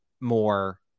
more